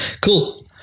cool